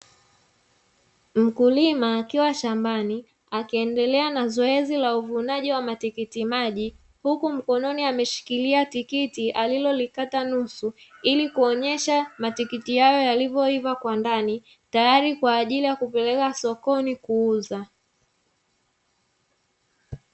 Mkulima akiwa shambani akiendelea na zoezi la uvunaji wa matikiti maji huku mkononi, ameshikilia tikiti alilolikata nusu ili kuonyesha matikiti hayo yalivyoiva kwa ndani tayari kwa ajili ya kupeleka sokoni kuuza.